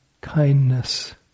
Kindness